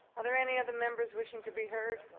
and there any other members wishing to be heard?